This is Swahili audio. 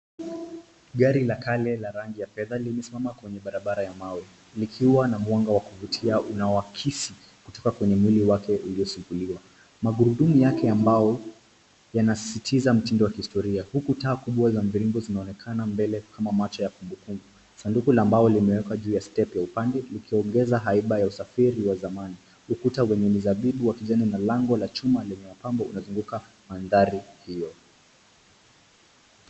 Gari la kane la rangi ya fedha limesimama kwenye barabara ya mawe. Likiwa na mwanga wa kuvutia unaoakisi kutoka kwenye mwili wake uliosuguliwa. Magurudumu yake ya mbao yanasisitiza mtindo wa kihistoria, huku taa kubwa za mviringo zinaonekana mbele kama macho ya kumbukumbu. Sanduku la mbao limewekwa juu ya stepu ya upande likiongeza haiba ya usafiri wa zamani. Ukuta wenye mizabibu wa kijani na lango la chuma limepambwa umezunguka mandhari hiyo.